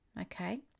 okay